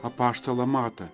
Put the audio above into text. apaštalą matą